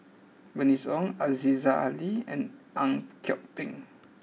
Bernice Ong Aziza Ali and Ang Kok Peng